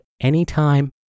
anytime